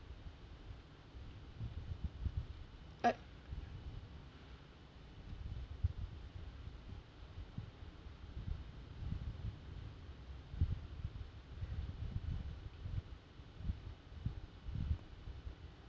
err